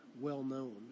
well-known